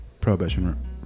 prohibition